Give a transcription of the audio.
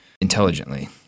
intelligently